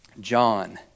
John